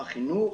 החינוך,